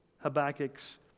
Habakkuk's